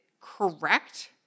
correct